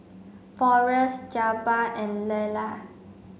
Forrest Jabbar and Lyla